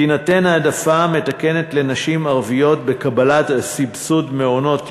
תינתן העדפה מתקנת לנשים ערביות בקבלת סבסוד מעונות יום,